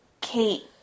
Kate